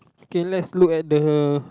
okay let's look at the